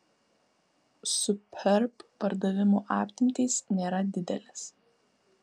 superb pardavimų apimtys nėra didelės